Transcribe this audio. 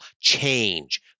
change